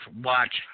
watch